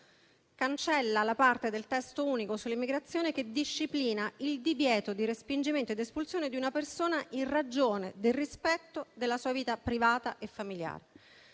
cancella la parte del testo unico sull'immigrazione che disciplina il divieto di respingimento ed espulsione di una persona in ragione del rispetto della sua vita privata e familiare.